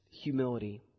humility